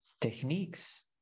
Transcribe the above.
techniques